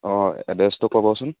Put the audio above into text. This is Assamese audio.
অঁ এড্ৰেছটো ক'বচোন